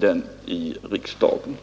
den i riksdagen.